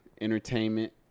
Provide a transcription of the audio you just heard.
entertainment